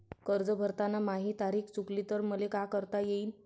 कर्ज भरताना माही तारीख चुकली तर मले का करता येईन?